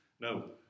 No